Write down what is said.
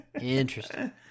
Interesting